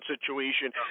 situation